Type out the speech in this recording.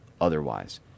otherwise